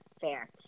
fair